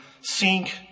sink